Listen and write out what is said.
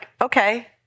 okay